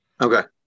Okay